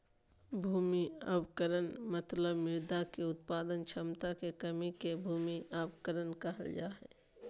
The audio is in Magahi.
भूमि अवक्रमण मतलब मृदा के उत्पादक क्षमता मे कमी के भूमि अवक्रमण कहल जा हई